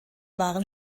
waren